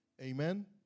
Amen